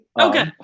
okay